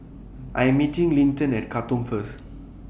I Am meeting Linton At Katong First